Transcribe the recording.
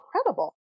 incredible